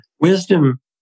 Wisdom